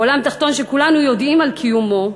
עולם תחתון שכולנו יודעים על קיומו,